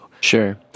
Sure